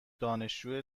دانشجو